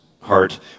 heart